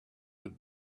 had